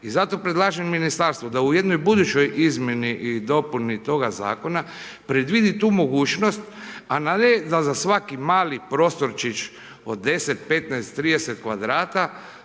I zato predlažem ministarstvu da u jednoj budućoj izmjeni i dopuni toga zakona predvidi tu mogućnost a na ve da za svaki mali prostorčić od 10, 15, 30 kvadrata